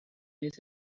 his